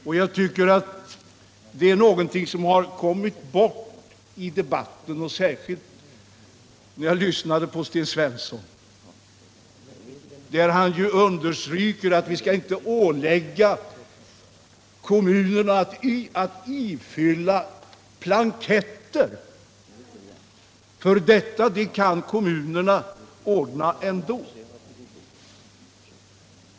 Det har, tycker jag, kommit bort i debatten. Sten Svensson underströk att vi inte skall ålägga kommunerna att fylla i blanketter, för kommunerna kan ordna planeringen ändå.